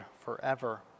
forever